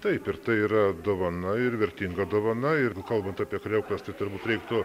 taip ir tai yra dovana ir vertinga dovana jeigu kalbant apie kriaukles tai turbūt reiktų